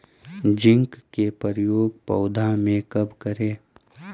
Zinc के प्रयोग पौधा मे कब करे?